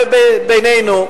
ובינינו,